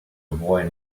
avoid